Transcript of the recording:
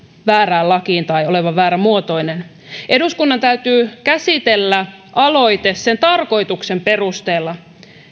väärään lakiin tai olevan väärämuotoinen eduskunnan täytyy käsitellä aloite sen tarkoituksen perusteella